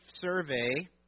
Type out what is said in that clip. survey